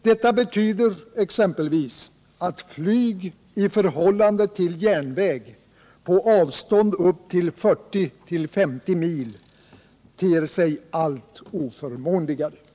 Detta betyder Nr 52 exempelvis att flyg i förhållande till järnväg på avstånd upp till 40-50 Torsdagen den mil ter sig allt oförmånligare och alltmer omotiverade.